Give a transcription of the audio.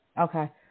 Okay